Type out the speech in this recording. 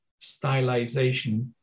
stylization